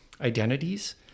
identities